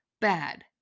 bad